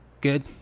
good